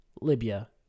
Libya